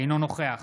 אינו נוכח